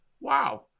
wow